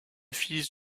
fils